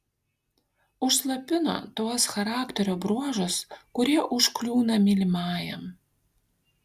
užslopina tuos charakterio bruožus kurie užkliūna mylimajam